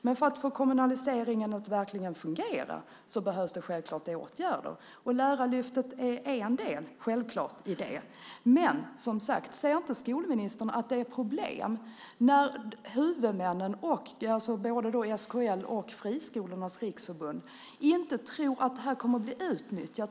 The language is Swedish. Men för att få kommunaliseringen att verkligen fungera behövs det självklart åtgärder. Lärarlyftet är självfallet en del i detta. Men ser inte skolministern att det är ett problem när huvudmännen, både SKL och Friskolornas Riksförbund, inte tror att det här kommer att bli utnyttjat?